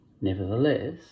nevertheless